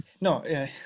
No